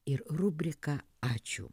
ir rubrika ačiū